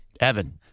Evan